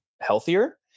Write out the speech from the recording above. healthier